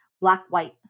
black-white